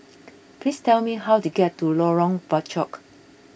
please tell me how to get to Lorong Bachok